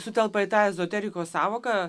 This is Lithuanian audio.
sutelpa į tą ezoteriko sąvoką